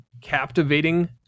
captivating